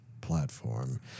platform